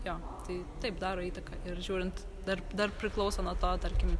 jo tai taip daro įtaką ir žiūrint dar dar priklauso nuo to tarkim